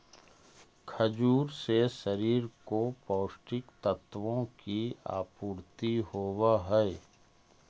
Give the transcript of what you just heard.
खजूर से शरीर को पौष्टिक तत्वों की आपूर्ति होवअ हई